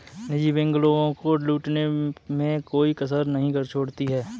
निजी बैंक लोगों को लूटने में कोई कसर नहीं छोड़ती है